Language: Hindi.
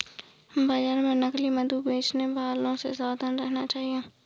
बाजार में नकली मधु बेचने वालों से सावधान रहना चाहिए